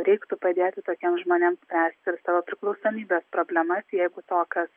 reiktų padėti tokiems žmonėms spręsti ir savo priklausomybės problemas jeigu to kas